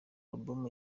albumu